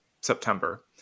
September